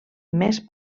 més